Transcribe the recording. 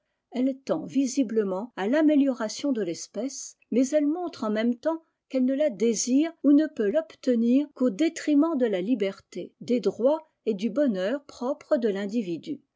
elle tend visiblement à taméliorasion de l'espèce mais elle montre en même temps qu'elle ne la désire ou ne peut l'obtenir qu'au détriment de la liberté des droits et du bonheur propres de l'individu